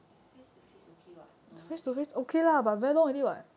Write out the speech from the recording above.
in face to face okay [what] no meh